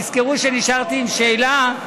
תזכרו שנשארתי עם שאלה.